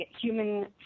human